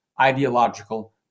ideological